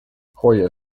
hoia